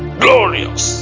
glorious